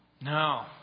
No